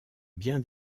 bien